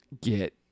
get